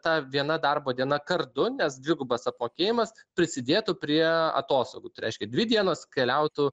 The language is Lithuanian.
ta viena darbo diena kart du nes dvigubas apmokėjimas prisidėtų prie atostogų tai reiškia dvi dienos keliautų